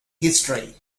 history